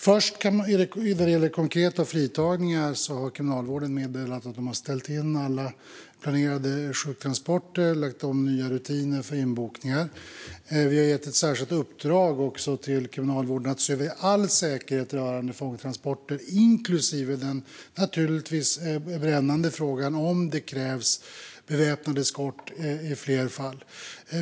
När det gäller konkreta fritagningar har Kriminalvården meddelat att de har ställt in alla planerade sjuktransporter och infört nya rutiner för inbokningar. Vi har också gett Kriminalvården ett särskilt uppdrag att se över all säkerhet rörande fångtransporter, inklusive den naturligtvis brännande frågan: om det krävs beväpnad eskort i fler fall.